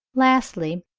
lastly,